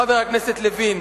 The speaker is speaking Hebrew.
חבר הכנסת לוין.